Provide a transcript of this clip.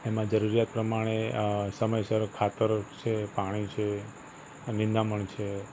એમાં જરૂરિયાત પ્રમાણે અ સમયસર ખાતર છે પાણી છે નિંદામણ છે